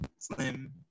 Slim